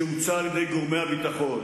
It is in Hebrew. שהוצא על-ידי גורמי הביטחון,